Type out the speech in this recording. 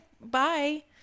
bye